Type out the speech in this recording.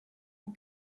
aux